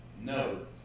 No